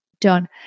done